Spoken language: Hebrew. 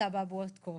זה אבעבועות קוף,